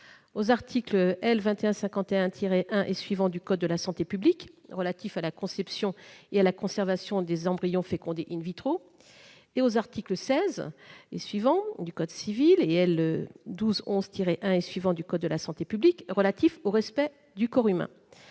aux articles L. 2151-1 et suivants du code de la santé publique, relatifs à la conception et à la conservation des embryons fécondés, et aux principes fixés notamment aux articles 16 et suivants du code civil et L. 1211-1 et suivants du code de la santé publique, relatifs au respect du corps humain